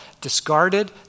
discarded